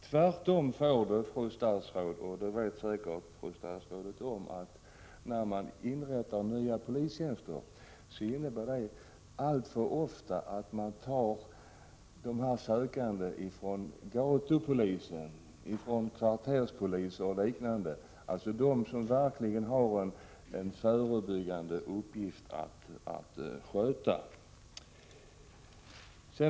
Tvärtom — det känner säkert fru statsrådet till — är det alltför ofta så att när man inrättar nya polistjänster tar man folk från gatupolisen — kvarterspoliser och liknande — dvs. de som verkligen har en förebyggande uppgift i sitt arbete.